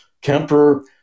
kemper